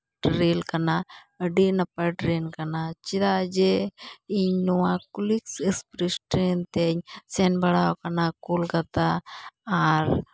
ᱟᱹᱰᱤ ᱱᱟᱯᱟᱭ ᱴᱨᱮᱹᱱ ᱠᱟᱱᱟ ᱪᱮᱫᱟᱜ ᱡᱮ ᱤᱧ ᱱᱚᱣᱟ ᱠᱩᱞᱤᱠᱥ ᱮᱠᱥᱯᱨᱮᱹᱥ ᱴᱨᱮᱹᱱ ᱛᱮᱧ ᱥᱮᱱ ᱵᱟᱲᱟᱣ ᱠᱟᱱᱟ ᱠᱳᱞᱠᱟᱛᱟ ᱟᱨ